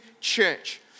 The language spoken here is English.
Church